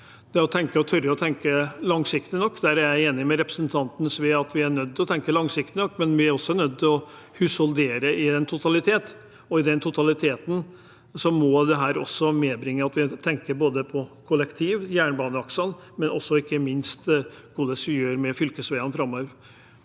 er jeg enig med representanten Sve. Vi er nødt til å tenke langsiktig nok, men vi er også nødt til å husholdere i en totalitet, og den totaliteten må medføre at vi tenker både på kollektiv- og jernbaneaksene og ikke minst på hvordan vi gjør det med fylkesveiene framover.